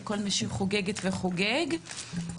לכל מי שחוגגת וחוגג.